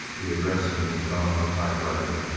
the addressing was done on a typewriter,